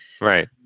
Right